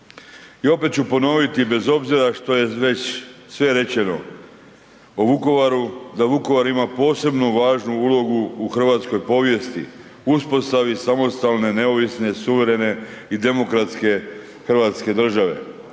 I opet ću ponoviti bez obzira što je već sve rečeno o Vukovaru, da Vukovar ima posebnu važnu ulogu u hrvatskoj povijesti, uspostavi samostalne, neovisne, suverene i demokratske Hrvatske države,